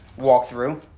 walkthrough